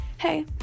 hey